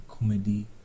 comedy